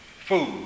Food